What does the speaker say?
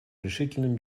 решительным